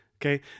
Okay